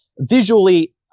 visually